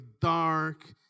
dark